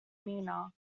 mina